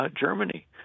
Germany